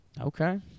Okay